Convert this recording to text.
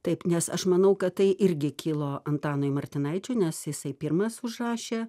taip nes aš manau kad tai irgi kilo antanui martinaičiui nes jisai pirmas užrašė